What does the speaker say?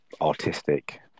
artistic